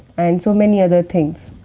and so many other things,